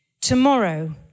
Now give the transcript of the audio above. Tomorrow